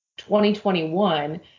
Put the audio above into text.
2021